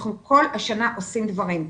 כל השנה אנחנו עושים דברים,